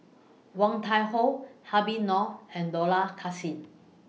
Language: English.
Woon Tai Ho Habib Noh and Dollah Kassim